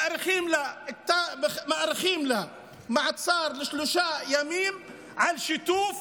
מאריכים לה מעצר לשלושה ימים על שיתוף